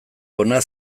hona